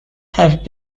have